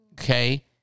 Okay